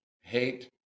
hate